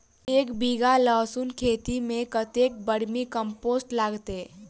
एक बीघा लहसून खेती मे कतेक बर्मी कम्पोस्ट लागतै?